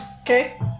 Okay